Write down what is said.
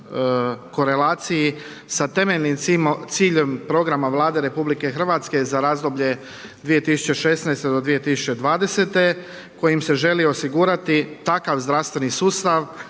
korelaciji sa temeljnim ciljem programa Vlade RH za razdoblje 2016. do 2020. kojim se želi osigurati takav zdravstveni sustav